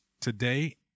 Today